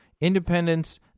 Independence